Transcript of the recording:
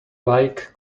like